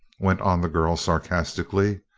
went on the girl sarcastically.